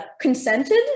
consented